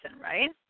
right